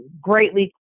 greatly